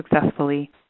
successfully